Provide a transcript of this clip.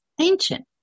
Ancient